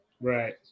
Right